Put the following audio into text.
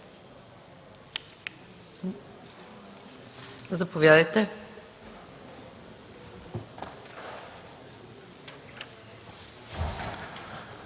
Заповядайте,